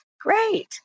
great